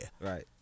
Right